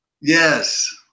yes